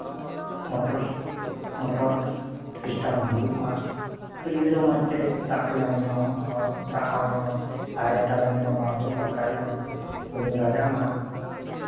motor motor system ᱦᱩᱭᱩᱜᱼᱢᱟ ᱟᱨ ᱜᱤᱫᱽᱨᱟᱹ ᱢᱚᱡᱽ ᱛᱮ ᱫᱟᱜ ᱠᱚ ᱧᱟᱢ ᱡᱚᱱᱚᱜ ᱢᱟ ᱫᱟᱜ ᱦᱚᱸ ᱡᱮᱱᱚ ᱟᱭᱨᱚᱱᱼᱴᱟᱭᱨᱚᱱ ᱡᱮᱱᱚ ᱵᱟᱝ ᱦᱩᱭᱩᱜ ᱢᱚᱡᱽ ᱫᱟᱜ ᱡᱮᱱᱚ ᱠᱚ ᱧᱩ ᱫᱟᱲᱮᱭᱟᱜ ᱢᱟ